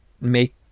make